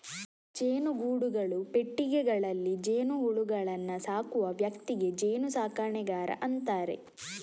ಜೇನುಗೂಡುಗಳು, ಪೆಟ್ಟಿಗೆಗಳಲ್ಲಿ ಜೇನುಹುಳುಗಳನ್ನ ಸಾಕುವ ವ್ಯಕ್ತಿಗೆ ಜೇನು ಸಾಕಣೆಗಾರ ಅಂತಾರೆ